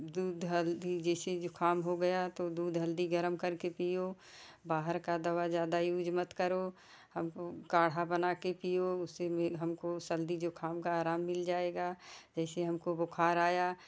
दूध हल्दी जैसे जुखाम हो गया तो दूध हल्दी गर्म करके पियो बाहर का दवा ज्यादा यूज मत करो हमको काढ़ा बनाके पियो उसे मेल हमको सर्दी जुखाम का आराम मिल जाएगा जैसे हमको बुखार आया